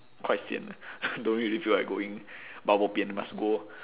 quite sian lah don't really feel like going but bo pian must go